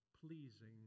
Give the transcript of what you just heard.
pleasing